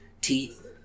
Teeth